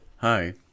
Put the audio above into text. Hi